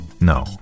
No